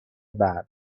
برق